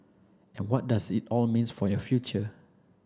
and what does it all means for your future